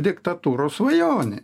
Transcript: diktatūros svajonė